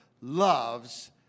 loves